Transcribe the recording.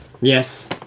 Yes